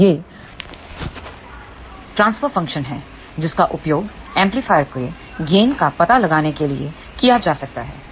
तो यह transfer function है जिसका उपयोग एम्पलीफायर के गेन का पता लगाने के लिए किया जा सकता है